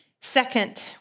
Second